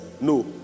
no